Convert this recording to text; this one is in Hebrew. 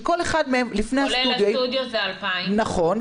כשכל אחד מהם --- כולל הסטודיו זה 2,000. נכון.